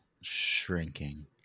shrinking